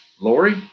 Lori